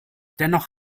dennoch